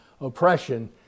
oppression